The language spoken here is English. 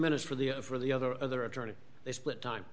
minutes for the for the other other attorney they split time